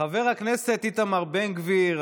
חבר הכנסת איתמר בן גביר,